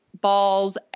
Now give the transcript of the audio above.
balls